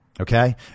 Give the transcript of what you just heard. okay